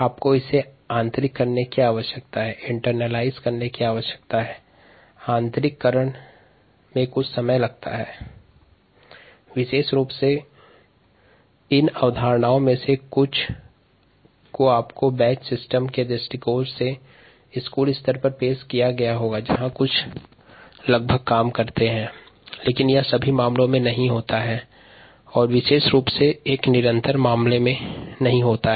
अवधारणाओं को आत्मसात में कुछ समय लगता है हालाँकि इस प्रकार की अवधारणाओं में से कुछ को विद्यालयीन स्तर पर पढ़ाया हटा है